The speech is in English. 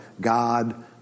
God